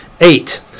eight